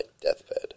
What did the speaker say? deathbed